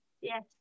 Yes